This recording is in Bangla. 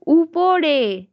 উপরে